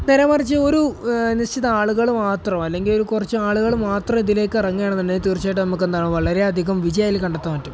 നേരെമറിച്ച് ഒരു നിശ്ചിതയാളുകള് മാത്രം അല്ലെങ്കിൽ ഒരു കുറച്ചാളുകള് മാത്രം ഇതിലേക്ക് ഇറങ്ങുകയാണെന്നുണ്ടെങ്കില് തീർച്ചയായിട്ടും നമുക്കെന്താണ് വളരെയധികം വിജയമതിൽ കണ്ടെത്താൻ പറ്റും